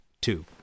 two